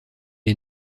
est